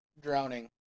Drowning